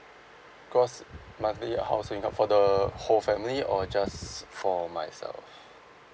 gross monthly household income for the whole family or just for myself